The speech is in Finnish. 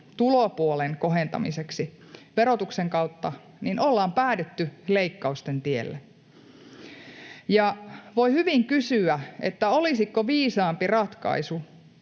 tulopuolen kohentamiseksi verotuksen kautta, ollaan päädytty leikkausten tielle. Voi hyvin kysyä: olisiko viisaampi ratkaisu